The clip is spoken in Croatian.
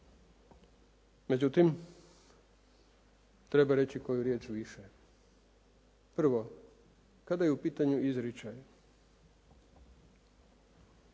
Međutim, treba reći koju riječ više. Prvo, kada je u pitanju izričaj,